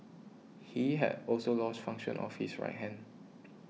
he had also lost function of his right hand